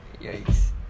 Yikes